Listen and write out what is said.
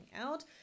out